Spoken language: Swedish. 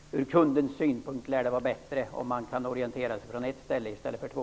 Ur kundens synpunkt lär det vara bättre med ett ställe än två för att kunna orientera sig.